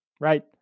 right